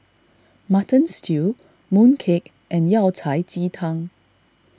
Mutton Stew Mooncake and Yao Cai Ji Tang